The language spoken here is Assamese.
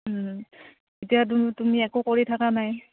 এতিয়া তুমি একো কৰি থাকা নাই